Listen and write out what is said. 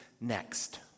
next